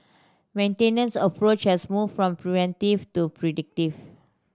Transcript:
maintenance approach has moved from preventive to predictive